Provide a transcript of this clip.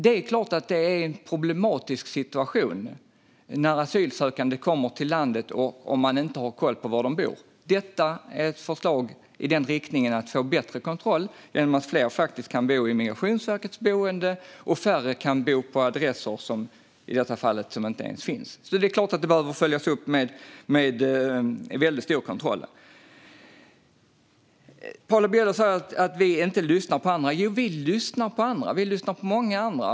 Det är klart att det är problematiskt om asylsökande kommer till landet och man inte har koll på var de bor. Detta är ett förslag som syftar till att få bättre kontroll genom att fler kan bo i Migrationsverkets boenden och färre på adresser som inte ens finns, som i det fall som nämndes. Det är klart att detta behöver följas upp med väldigt stor kontroll. Paula Bieler säger att vi inte lyssnar på andra, men det gör vi. Vi lyssnar på många andra.